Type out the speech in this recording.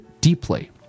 deeply